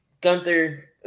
Gunther